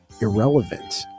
irrelevant